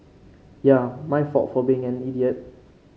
yeah my fault for being an idiot